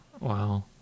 Wow